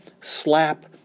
slap